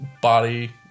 body